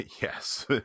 Yes